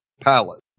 palace